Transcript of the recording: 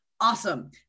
Awesome